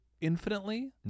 infinitely